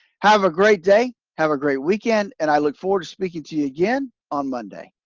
have a great day, have a great weekend and i look forward to speaking to you again on monday.